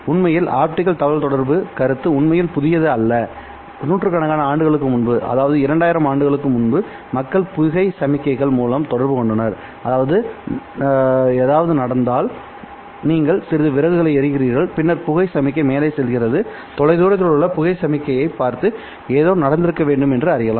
உண்மையில் ஆப்டிகல் தகவல்தொடர்பு கருத்து உண்மையில் புதியது அல்ல நூற்றுக்கணக்கான ஆண்டுகளுக்கு முன்புஅதாவது இரண்டாயிரம் ஆண்டுகளுக்கு முன்பு மக்கள் புகை சமிக்ஞைகள் மூலம் தொடர்பு கொண்டனர் ஏதாவது நடந்தால் நீங்கள் சிறிது விறகுகளை எரிக்கிறீர்கள் பின்னர் புகை சமிக்ஞை மேலே செல்கிறது தொலைதூரத்தில் உள்ள நபர் புகை சமிக்ஞையைப் பார்த்து ஏதோ நடந்திருக்க வேண்டும் என்று அறியலாம்